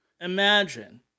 Imagine